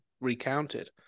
recounted